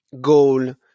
goal